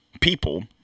people